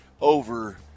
over